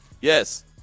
Yes